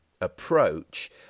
approach